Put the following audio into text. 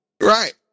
Right